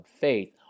faith